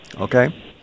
Okay